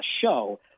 show